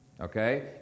Okay